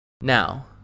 Now